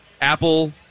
Apple